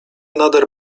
nader